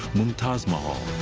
mumtaz mahal.